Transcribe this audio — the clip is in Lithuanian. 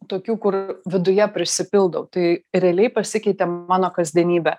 tokių kur viduje prisipildau tai realiai pasikeitė mano kasdienybė